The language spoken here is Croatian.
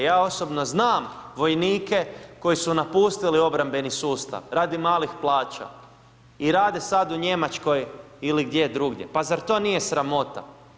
Ja osobno znam vojnike koji su napustili obrambeni sustav, radi malih plaća i rade sada u Njemačkoj ili gdje drugdje, pa zar to nije sramota?